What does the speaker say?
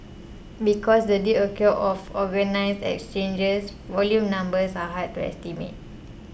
because the deals occur off organised exchanges volume numbers are hard to estimate